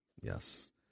Yes